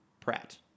Pratt